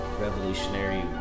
revolutionary